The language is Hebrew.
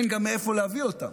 אין גם מאיפה להביא אותם.